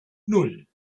nan